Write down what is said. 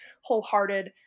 wholehearted